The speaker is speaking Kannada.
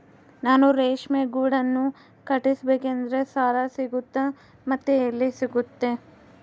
ನಾನು ರೇಷ್ಮೆ ಗೂಡನ್ನು ಕಟ್ಟಿಸ್ಬೇಕಂದ್ರೆ ಸಾಲ ಸಿಗುತ್ತಾ ಮತ್ತೆ ಎಲ್ಲಿ ಸಿಗುತ್ತೆ?